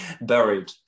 Buried